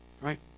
right